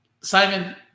Simon